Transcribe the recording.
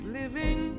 living